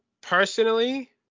personally